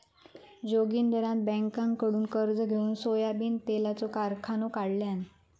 जोगिंदरान बँककडुन कर्ज घेउन सोयाबीन तेलाचो कारखानो काढल्यान